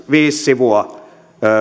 viisi sivua